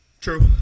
True